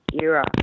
era